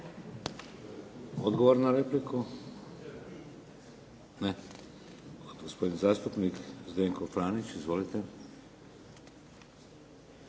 Hvala. Replika gospodin zastupnik Zdenko Franić. Izvolite.